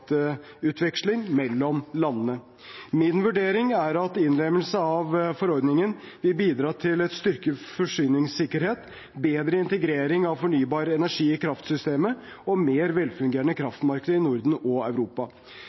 mellom landene. Min vurdering er at innlemmelse av forordningen vil bidra til styrket forsyningssikkerhet, bedre integrering av fornybar energi i kraftsystemet og mer velfungerende kraftmarked i Norden og i Europa.